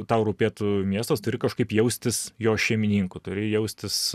tau rūpėtų miestas turi kažkaip jaustis jo šeimininku turi jaustis